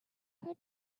her